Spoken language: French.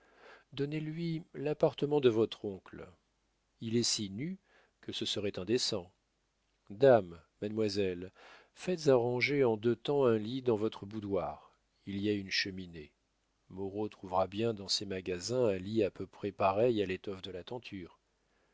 donnez-lui l'appartement de votre oncle il est si nu que ce serait indécent dame mademoiselle faites arranger en deux temps un lit dans votre boudoir il y a une cheminée moreau trouvera bien dans ses magasins un lit à peu près pareil à l'étoffe de la tenture